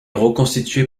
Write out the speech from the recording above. reconstitué